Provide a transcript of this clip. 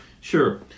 Sure